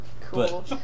Cool